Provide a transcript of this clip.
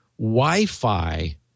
Wi-Fi